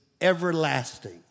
everlasting